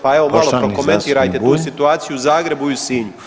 Pa evo malo prokomentirajte tu situaciju u Zagrebu i u Sinju.